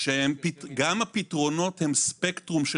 גם הפתרונות הם ספקטרום.